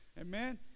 Amen